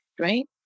Right